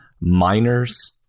miners